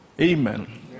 Amen